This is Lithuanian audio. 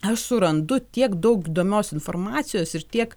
aš surandu tiek daug įdomios informacijos ir tiek